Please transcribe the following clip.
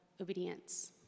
obedience